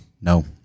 No